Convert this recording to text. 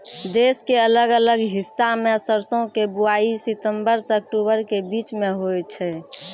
देश के अलग अलग हिस्सा मॅ सरसों के बुआई सितंबर सॅ अक्टूबर के बीच मॅ होय छै